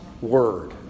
Word